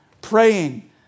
Praying